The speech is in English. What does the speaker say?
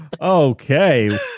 Okay